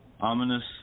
ominous